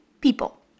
people